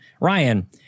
ryan